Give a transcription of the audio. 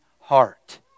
heart